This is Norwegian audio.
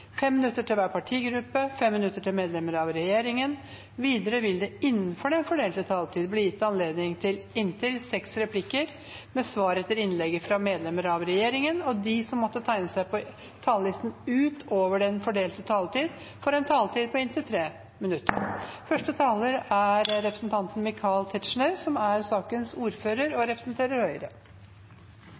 minutter til hver partigruppe og 5 minutter til medlemmer av regjeringen. Videre vil det – innenfor den fordelte taletid – bli gitt anledning til inntil seks replikker med svar etter innlegg fra medlemmer av regjeringen, og de som måtte tegne seg på talerlisten utover den fordelte taletid, får en taletid på inntil 3 minutter. Saken gjelder et forslag fra representanten